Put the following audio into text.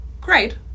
Great